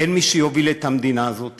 אין מי שיוביל את המדינה הזאת